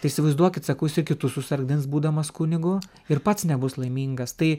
tai įsivaizduokit sakau jisai kitus susargdins būdamas kunigu ir pats nebus laimingas tai